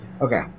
Okay